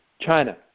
China